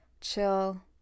chill